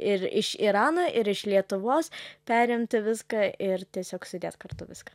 ir iš irano ir iš lietuvos perimti viską ir tiesiog sudėt kartu viską